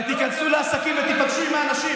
אתה מדבר ולא מביא אפילו,